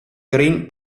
green